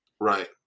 Right